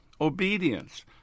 Obedience